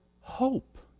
hope